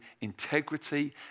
integrity